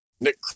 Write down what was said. Nick